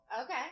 Okay